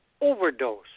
overdose